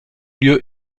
lieu